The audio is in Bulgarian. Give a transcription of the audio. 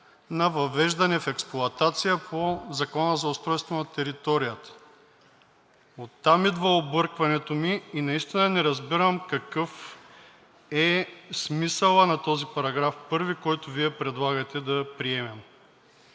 на въвеждане в експлоатация по Закона за устройство на територията. Оттам идва объркването ми и наистина не разбирам какъв е смисълът на този § 1, който Вие предлагате да приемем.